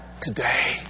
today